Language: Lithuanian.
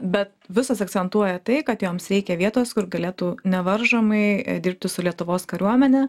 bet visos akcentuoja tai kad joms reikia vietos kur galėtų nevaržomai dirbti su lietuvos kariuomene